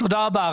תודה רבה.